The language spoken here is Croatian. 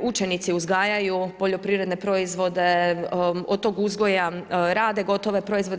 učenici uzgajaju poljoprivredne proizvode, od tog uzgoja rade gotove proizvode.